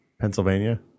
Pennsylvania